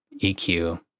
EQ